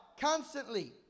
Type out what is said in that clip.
constantly